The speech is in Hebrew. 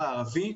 רבותיי,